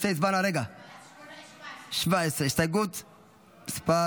17. הסתייגות מס'